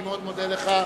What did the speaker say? אני מאוד מודה לך.